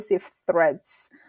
threats